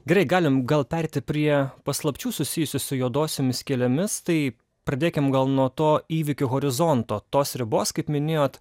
gerai galim gal pereiti prie paslapčių susijusių su juodosiomis skylėmis tai pradėkim gal nuo to įvykių horizonto tos ribos kaip minėjot